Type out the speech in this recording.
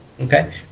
Okay